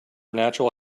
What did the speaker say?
natural